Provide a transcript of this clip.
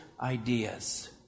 ideas